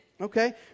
Okay